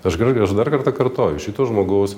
aš gar aš dar kartą kartoju šito žmogaus